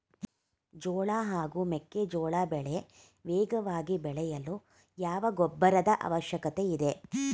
ಜೋಳ ಹಾಗೂ ಮೆಕ್ಕೆಜೋಳ ಬೆಳೆ ವೇಗವಾಗಿ ಬೆಳೆಯಲು ಯಾವ ಗೊಬ್ಬರದ ಅವಶ್ಯಕತೆ ಇದೆ?